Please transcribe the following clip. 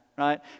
right